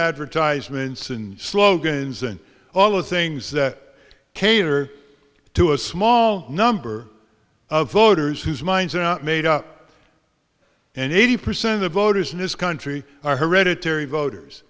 advertisements and slogans and all the things that cater to a small number of voters whose minds are not made up and eighty percent of voters in this country are hereditary voters